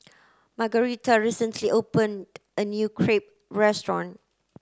Margarita recently opened a new Crepe restaurant